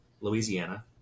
Louisiana